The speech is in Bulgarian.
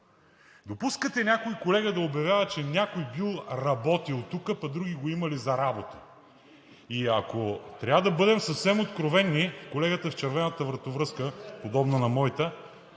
Допускате някой колега да обявява, че някой бил работил тук, пък други го имали за работа. И ако трябва да бъда съвсем откровен, колегата с червената вратовръзка подобна на моята